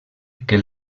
que